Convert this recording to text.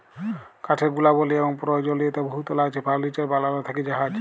কাঠের গুলাবলি এবং পরয়োজলীয়তা বহুতলা আছে ফারলিচার বালাল থ্যাকে জাহাজ